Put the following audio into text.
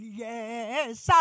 yes